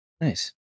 Nice